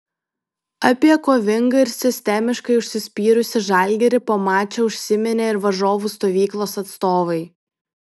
apie kovingą ir sistemiškai užsispyrusį žalgirį po mačo užsiminė ir varžovų stovyklos atstovai